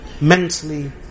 mentally